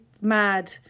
mad